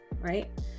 right